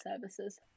services